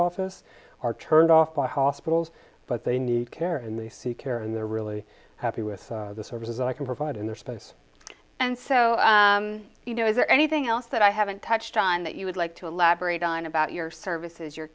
office are turned off by hospitals but they need care and they see care and they're really happy with the services that i can provide in their space and so you know is there anything else that i haven't touched on that you would like to elaborate on about your services you